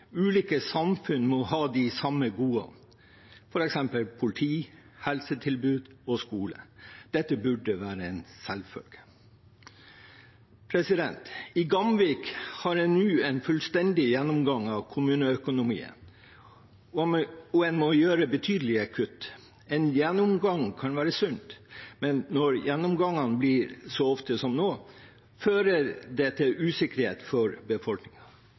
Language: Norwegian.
Ulike samfunn må ha de samme goder, f.eks. politi, helsetilbud og skole. Dette burde være en selvfølge. I Gamvik har en nå en fullstendig gjennomgang av kommuneøkonomien, og en må gjøre betydelige kutt. En gjennomgang kan være sunt, men når gjennomgangene skjer så ofte som nå, fører det til usikkerhet for